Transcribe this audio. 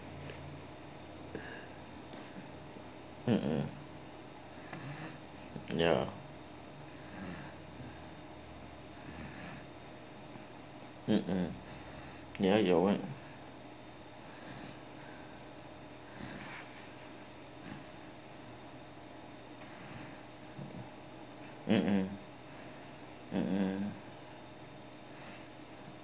mmhmm ya mmhmm ya you're right mmhmm mmhmm